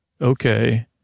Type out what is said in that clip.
Okay